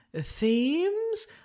themes